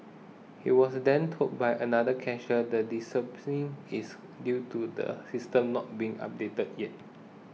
he was then told by another cashier the is due to the system not being updated yet